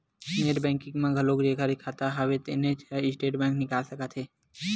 net banking म घलोक जेखर खाता हव तेन ह स्टेटमेंट निकाल सकत हे